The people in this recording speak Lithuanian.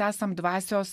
esam dvasios